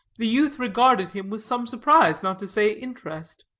the youth regarded him with some surprise, not to say interest.